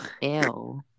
Ew